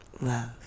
Love